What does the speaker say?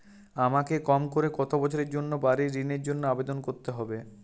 আমাকে কম করে কতো বছরের জন্য বাড়ীর ঋণের জন্য আবেদন করতে হবে?